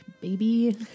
baby